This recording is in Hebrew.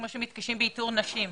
כמו שמתקשים באיתור נשים.